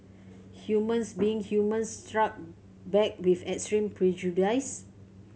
humans being humans struck back with extreme